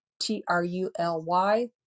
T-R-U-L-Y